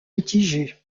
mitigé